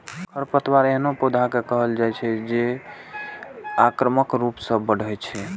खरपतवार एहनो पौधा कें कहल जाइ छै, जे आक्रामक रूप सं बढ़ै छै